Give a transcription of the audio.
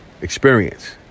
experience